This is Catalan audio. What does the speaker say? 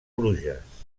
bruges